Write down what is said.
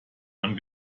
man